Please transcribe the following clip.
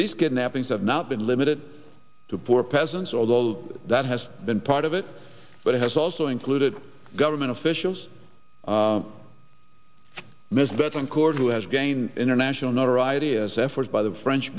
these kidnappings have not been limited to poor peasants although that has been part of it but it has also included government officials ms veteran court who has gained international notoriety as efforts by the french